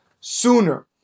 sooner